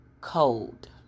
cold